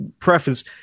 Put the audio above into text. preference